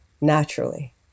naturally